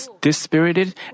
dispirited